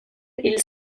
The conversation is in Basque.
hil